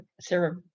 Sarah